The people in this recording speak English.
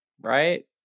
Right